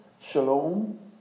Shalom